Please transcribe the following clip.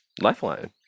Lifeline